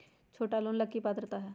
छोटा लोन ला की पात्रता है?